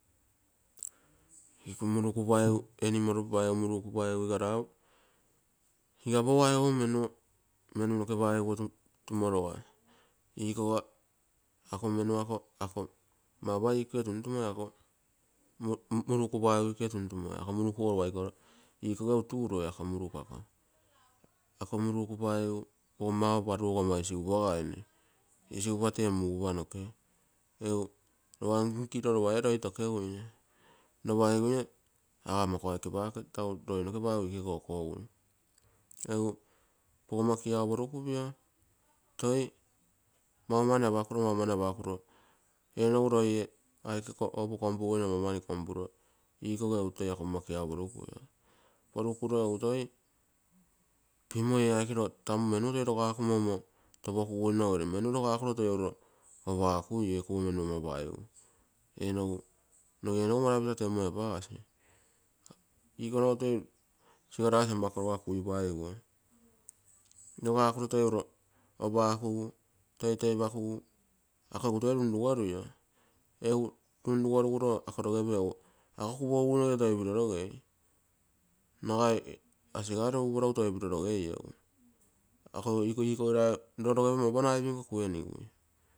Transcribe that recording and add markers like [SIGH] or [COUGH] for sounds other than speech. Ako [UNINTELLIGIBLE] animal paigu moruko paigu, igapou aigo menu noke paigu tumoroga, ikoga, ako menu ako mauropa ako ikoge tuntumoi, muruk ogo lopa ikoge utuuroi ako muruk ako. [UNINTELLIGIBLE] Ako muruk paigu pogommago paru ama isigupagaige isigupa tee mugupa noke lopa ee nogu roi nke tokeguine, agiguine aga mma ako aike pake, tagu roi noke ama paigu ikoge kokogui. Egu pogomma kiau porukupio, toi maumani apakuro ee nogu roie opo kompuguine maumani kompuro ikoge egu toi ako poggomma kiau porukui. Porokuro egu [UNINTELLIGIBLE] toi tamu manuo [UNINTELLIGIBLE] rogakumo toi uro opakuio ekopiro menu paigu, noge ee nogu malabita teumoi apasi, ikoga toi [UNINTELLIGIBLE] rogakumo opakugu toitoi toipugu ako egu toi runrugorui egu runrugorugu roo egy ako rogepio egu ako kupogugu ragu toi piro rogei nagai asigane uporogu toi rogeio ropepio mauropa knife niko kuenigui.